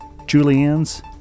julianne's